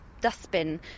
dustbin